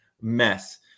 mess